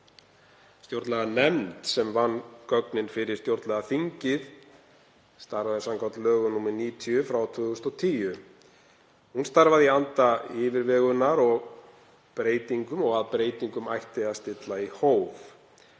Stjórnlaganefnd sem vann gögnin fyrir stjórnlagaþingið starfaði samkvæmt lögum nr. 90/2010. Hún starfaði í anda yfirvegunar og þess að breytingum ætti að stilla í hóf.